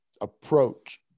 approach